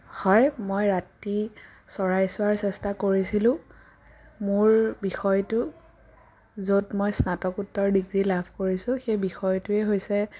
হয় মই ৰাতি চৰাই চোৱাৰ চেষ্টা কৰিছিলোঁ মোৰ বিষয়টো য'ত মই স্নাতকোত্তৰ ডিগ্ৰী লাভ কৰিছোঁ সেই বিষয়টোৱেই হৈছে